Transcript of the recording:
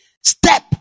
step